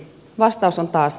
vastaus on taas